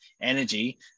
energy